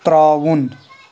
ترٛاوُن